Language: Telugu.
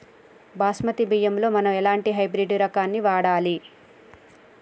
బాస్మతి బియ్యంలో మనం ఎలాంటి హైబ్రిడ్ రకం ని వాడాలి?